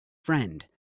friend